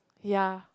ya